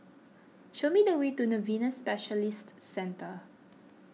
show me the way to Novena Specialist Centre